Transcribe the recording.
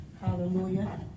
hallelujah